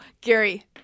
Gary